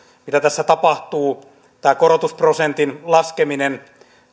mitä tässä tapahtuu korotusprosentin laskeminen